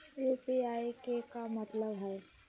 UPI के का मतलब हई?